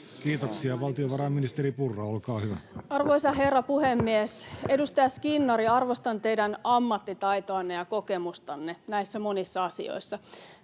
Kiitoksia. — Valtiovarainministeri Purra, olkaa hyvä. Arvoisa herra puhemies! Edustaja Skinnari, arvostan teidän ammattitaitoanne ja kokemustanne näissä monissa asioissa.